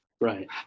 Right